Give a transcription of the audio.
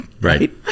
Right